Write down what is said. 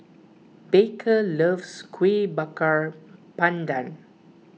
Baker loves Kueh Bakar Pandan